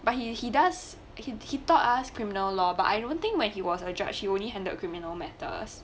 but he he does he he taught us criminal law but I don't think when he was a judge he only handle criminal matters